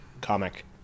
comic